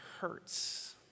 hurts